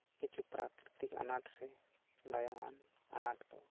ᱠᱤᱪᱷᱩ ᱯᱨᱟᱠᱨᱤᱛᱠ ᱟᱱᱟᱴ ᱥᱮ ᱞᱟᱭᱚᱝᱼᱟᱱ ᱟᱱᱟᱴ ᱫᱚ